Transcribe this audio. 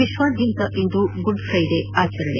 ವಿಶ್ವಾದ್ದಂತ ಇಂದು ಗುಡ್ಫ್ರೈಡೆ ಆಚರಣೆ